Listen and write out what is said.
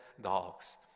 dogs